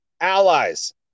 allies